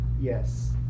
yes